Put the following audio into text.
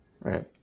right